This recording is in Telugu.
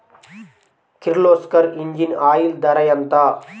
కిర్లోస్కర్ ఇంజిన్ ఆయిల్ ధర ఎంత?